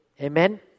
Amen